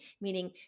meaning